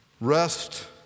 Rest